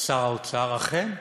שר האוצר, אכן,